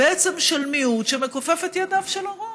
בעצם, של מיעוט שמכופף את ידיו של הרוב,